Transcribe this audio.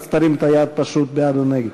אז תרים את היד בעד או נגד.